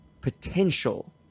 potential